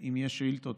אם יש שאילתות,